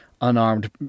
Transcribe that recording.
unarmed